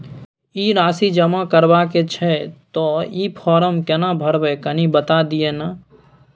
ई राशि जमा करबा के छै त ई फारम केना भरबै, कनी बता दिय न?